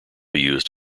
used